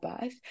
birth